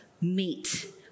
meet